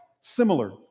similar